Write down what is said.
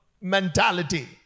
mentality